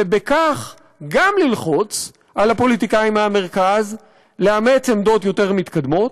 ובכך גם ללחוץ על הפוליטיקאים מהמרכז לאמץ עמדות יותר מתקדמות.